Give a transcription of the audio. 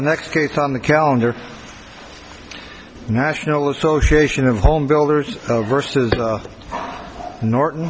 the next case on the calendar national association of homebuilders versus norton